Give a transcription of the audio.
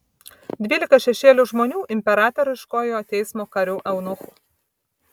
dvylika šešėlių žmonių imperatoriškojo teismo karių eunuchų